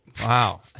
Wow